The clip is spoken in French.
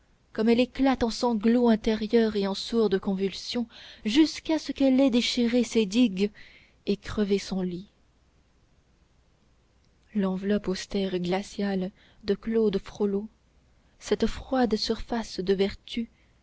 comme elle éclate en sanglots intérieurs et en sourdes convulsions jusqu'à ce qu'elle ait déchiré ses digues et crevé son lit l'enveloppe austère et glaciale de claude frollo cette froide surface de vertu